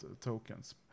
tokens